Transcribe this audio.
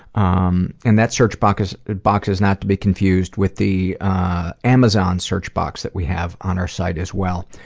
um and that search box is box is not to be confused with the amazon search box that we have on our site as well,